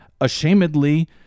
ashamedly